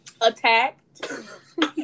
attacked